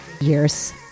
years